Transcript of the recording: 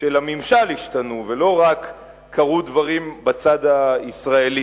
של הממשל השתנו, ולא רק קרו דברים בצד הישראלי.